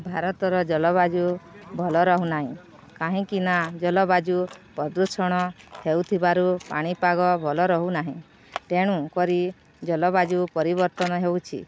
ଭାରତର ଜଳବାୟୁ ଭଲ ରହୁନାହିଁ କାହିଁକିନା ଜଳବାୟୁ ପ୍ରଦୂଷଣ ହେଉଥିବାରୁ ପାଣିପାଗ ଭଲ ରହୁନାହିଁ ତେଣୁ କରି ଜଳବାୟୁ ପରିବର୍ତ୍ତନ ହେଉଛି